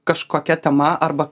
kažkokia tema arba